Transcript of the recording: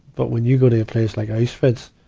but when you go to a place like auschwitz,